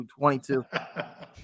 22